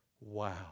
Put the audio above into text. Wow